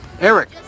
Eric